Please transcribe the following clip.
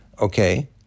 okay